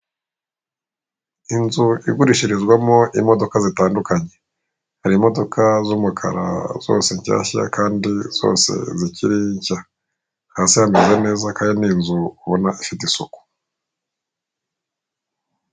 Inzu igurishirizwamo imodoka zitandukanye. Hari imodoka z'umukara zose nshyashya kandi zose zikiri nshya. Hasi hameze neza kandi inzu ubona ifite isuku.